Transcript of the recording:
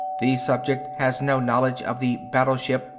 the subject has no knowledge of the battleship,